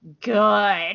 good